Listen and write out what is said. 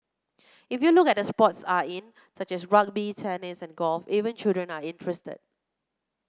if you look at the sports are in such as rugby tennis and golf even children are interested